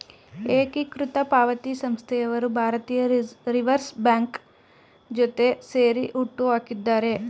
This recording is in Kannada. ಏಕೀಕೃತ ಪಾವತಿ ಸಂಸ್ಥೆಯವರು ಭಾರತೀಯ ರಿವರ್ಸ್ ಬ್ಯಾಂಕ್ ಜೊತೆ ಸೇರಿ ಹುಟ್ಟುಹಾಕಿದ್ದಾರೆ